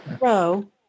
row